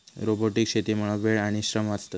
robotic शेतीमुळा वेळ आणि श्रम वाचतत